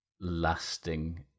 lasting